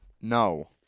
No